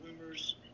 rumors